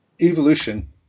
evolution